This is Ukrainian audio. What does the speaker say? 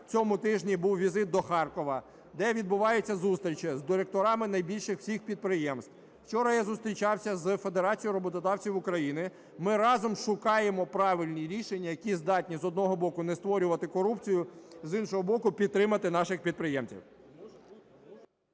цьому тижні був візит до Харкова, де відбуваються зустрічі з директорами найбільших всіх підприємств, учора я зустрічався з Федерацією роботодавців України, ми разом шукаємо правильні рішення, які здатні, з одного боку, не створювати корупцію, з іншого боку, підтримати наших підприємців.